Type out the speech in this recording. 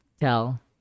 tell